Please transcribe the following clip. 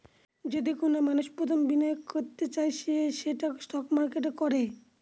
যদি কোনো মানষ প্রথম বিনিয়োগ করতে চায় সে সেটা স্টক মার্কেটে করে